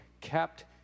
kept